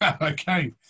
okay